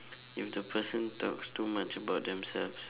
if the person talks too much about themselves